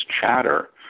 chatter